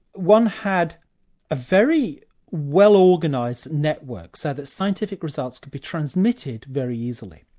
one had a very well-organised network, so that scientific results could be transmitted very easily.